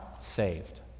saved